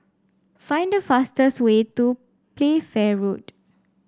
find the fastest way to Playfair Road